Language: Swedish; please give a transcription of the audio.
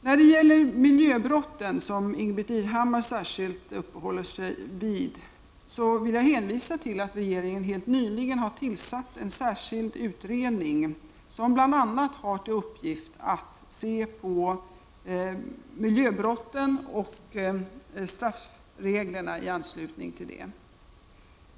När det gäller miljöbrotten, som Ingbritt Irhammar särskilt uppehåller sig vid, vill jag hänvisa till att regeringen helt nyligen har tillsatt en särskild utredning som bl.a. har till uppgift att se på miljöbrotten och straffreglerna i anslutning härtill.